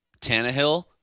Tannehill